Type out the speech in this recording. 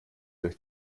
durch